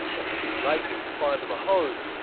and he's been racing to find them a home,